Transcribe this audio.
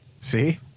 See